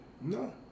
No